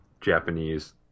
Japanese